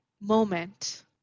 moment